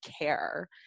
care